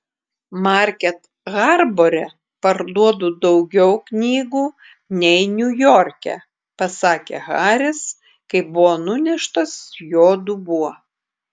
market harbore parduodu daugiau knygų nei niujorke pasakė haris kai buvo nuneštas jo dubuo